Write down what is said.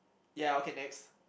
ya okay next